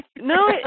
No